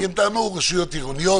כי הם טענו שרשויות עירוניות